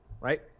Right